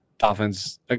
Dolphins